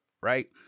right